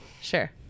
sure